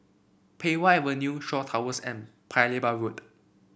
Pei Wah Avenue Shaw Towers and Paya Lebar Road